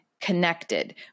connected